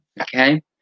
okay